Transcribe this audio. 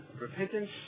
repentance